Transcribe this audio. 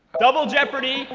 double jeopardy,